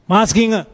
Masking